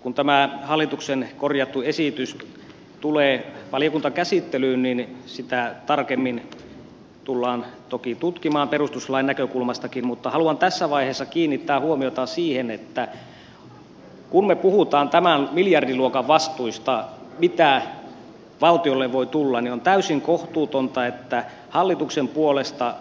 kun tämä hallituksen korjattu esitys tulee valiokuntakäsittelyyn niin sitä tullaan toki tutkimaan tarkemmin perustuslainkin näkökulmasta mutta haluan tässä vaiheessa kiinnittää huomiota siihen että kun me puhumme tämän miljardiluokan vastuista mitä valtiolle voi tulla niin on täysin kohtuutonta että hallituksen puolesta